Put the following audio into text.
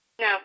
No